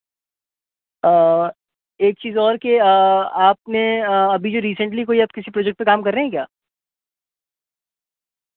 ایک چیز اور کہ آپ نے ابھی جو ریسینٹلی کوئی آپ کسی پروجیکٹ پہ کام کر رہے ہیں کیا